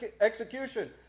execution